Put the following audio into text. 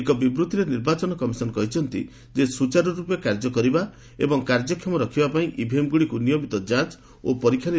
ଏକ ବିବୃଭିରେ ନିର୍ବାଚନ କମିଶନ୍ କହିଛନ୍ତି ଯେ ସୂଚାରୁ ରୂପେ କାର୍ଯ୍ୟକରିବା ଏବଂ କାର୍ଯ୍ୟକ୍ଷମ ରଖିବା ପାଇଁ ଇଭିଏମ୍ଗୁଡ଼ିକୁ ନିୟମିତ ଯାଞ୍ଚ ଓ ପରୀକ୍ଷା ନିରୀକ୍ଷା କରାଯାଉଛି